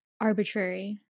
arbitrary